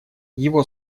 его